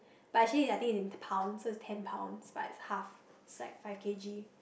but actually is I think it is in pounds so it's ten pounds but it's half it's like five K_G